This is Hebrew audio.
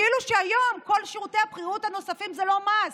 כאילו היום כל שירותי הבריאות הנוספים הם לא מס.